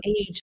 age